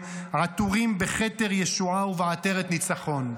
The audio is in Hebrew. עטורים בכתר ישועה ובעטרת ניצחון.